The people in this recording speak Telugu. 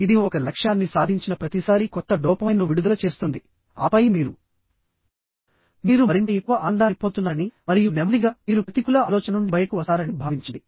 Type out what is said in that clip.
ఇది ఒక లక్ష్యాన్ని సాధించిన ప్రతిసారీ కొత్త డోపమైన్ను విడుదల చేస్తుందిఆపై మీరు మీరు మరింత ఎక్కువ ఆనందాన్ని పొందుతున్నారని మరియు నెమ్మదిగా మీరు ప్రతికూల ఆలోచన నుండి బయటకు వస్తారని భావించండి